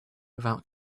without